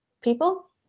people